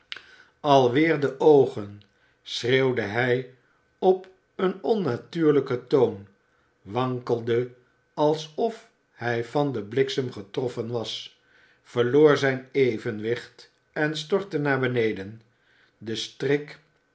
alweer de oogen schreeuwde hij op een onnatuurlijken toon wankelde alsof hij van den bliksem getroffen was verloor zijn evenwicht en stortte naar beneden de strik